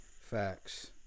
facts